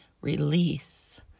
release